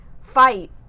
fight